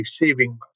receiving